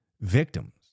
Victims